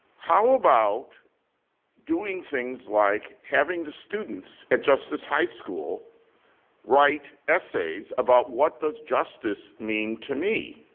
how about doing things like having the students at justice high school write essays about what does justice mean to me?